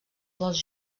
dels